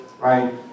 right